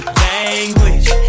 language